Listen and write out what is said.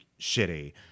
shitty